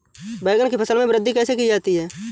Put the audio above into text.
बैंगन की फसल में वृद्धि कैसे की जाती है?